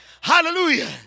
Hallelujah